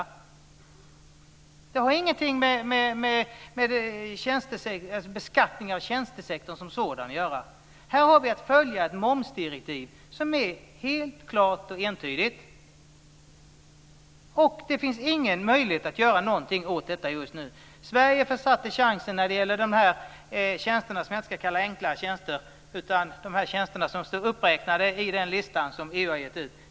Detta har ingenting med beskattningen av tjänstesektorn som sådan att göra. Här har vi att följa ett momsdirektiv som är helt klart och entydigt. Det finns ingen möjlighet att göra någonting åt detta just nu. Sverige försatte chansen när det gäller de tjänster som står uppräknade i den lista som EU har gett ut.